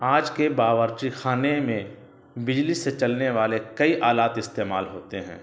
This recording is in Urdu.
آج کے باورچی خانے میں بجلی سے چلنے والے کئی آلات استعمال ہوتے ہیں